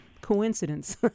coincidence